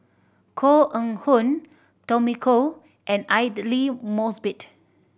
Koh Eng Hoon Tommy Koh and Aidli Mosbit